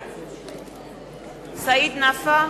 בעד סעיד נפאע,